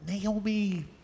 Naomi